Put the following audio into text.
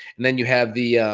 and then you have the